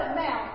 now